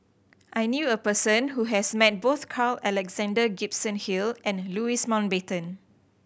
I knew a person who has met both Carl Alexander Gibson Hill and Louis Mountbatten